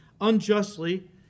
unjustly